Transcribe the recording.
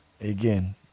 again